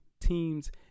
teams